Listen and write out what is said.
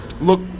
look